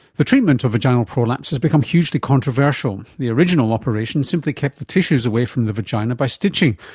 the treatment of vaginal prolapse has become hugely controversial. the original operation simply kept the tissues away from the vagina by stitching,